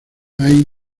hay